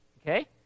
Okay